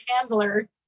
handler